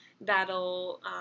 that'll